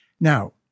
Now